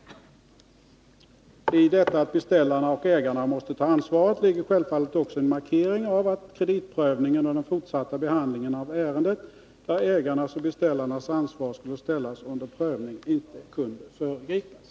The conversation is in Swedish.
I detta att beställarna och ägaren måste ta sitt ansvar ligger självfallet också en markering av att kreditprövningen och den fortsatta behandlingen av ärendet inte kunde föregripas.